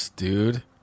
dude